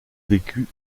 vécut